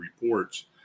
reports